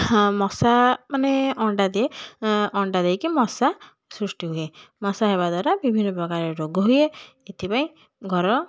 ହଁ ମଶାମାନେ ଅଣ୍ଡା ଦିଏ ଅଁ ଅଣ୍ଡା ଦେଇକି ମଶା ସୃଷ୍ଟି ହୁଏ ମଶା ହେବା ଦ୍ୱାରା ବିଭିନ୍ନପ୍ରକାର ରୋଗହୁଏ ଏଥିପାଇଁ ଘରର